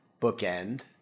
bookend